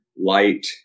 light